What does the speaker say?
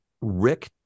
Rick